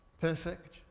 perfect